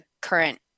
current